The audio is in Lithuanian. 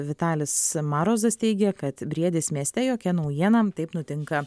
vitalis marozas teigia kad briedis mieste jokia naujiena taip nutinka